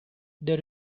there